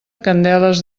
candeles